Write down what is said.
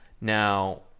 Now